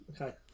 Okay